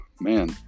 man